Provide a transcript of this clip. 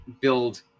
build